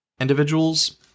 individuals